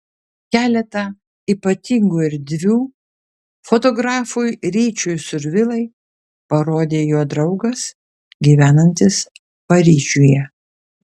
keletą ypatingų erdvių fotografui ryčiui survilai parodė jo draugas gyvenantis paryžiuje